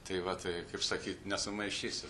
tai va taip kaip sakyt nesumaišysi